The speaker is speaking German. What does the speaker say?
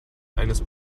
eines